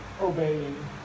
obeying